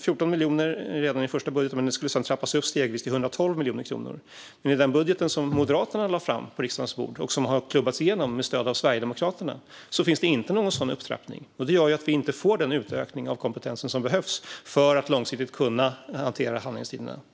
14 miljoner redan i första budgeten skulle trappas upp stegvis till 112 miljoner kronor. Men i den budget som Moderaterna lade fram på riksdagens bord och som klubbades igenom med stöd av Sverigedemokraterna finns det ingen sådan upptrappning. Det leder till att vi inte får den utökning av kompetensen som behövs för att långsiktigt kunna hantera handläggningstiderna.